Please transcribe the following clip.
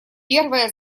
первая